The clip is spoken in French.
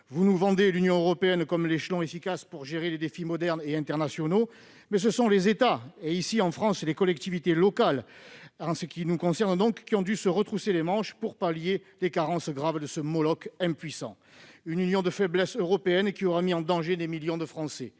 Vous nous vendez l'Union européenne comme l'échelon efficace pour gérer les défis modernes et internationaux, mais ce sont les États- et en France, les collectivités locales -, qui se sont retroussé les manches pour pallier les carences graves de ce Moloch impuissant : une Union de faiblesses européennes qui aura mis en danger des millions de Français.